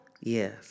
Yes